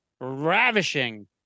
Ravishing